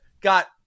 got